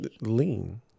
Lean